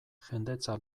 jendetza